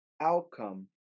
outcome